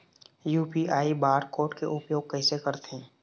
UPI bar code के उपयोग कैसे करथें?